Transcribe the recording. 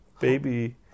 baby